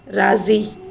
राज़ी